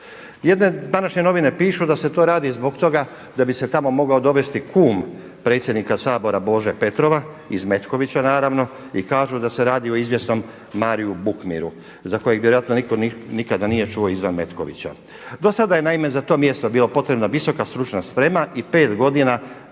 Jedne današnje novine pišu da se to radi zbog toga da bi se tamo mogao dovesti kum predsjednika Sabora Bože Petrova iz Metkovića naravno i kažu da se radi o izvjesnom Mariu Bukmiru za kojeg vjerojatno nitko nikada nije čuo izvan Metkovića. Do sada je naime za to mjesto bilo potrebna VSS i pet godina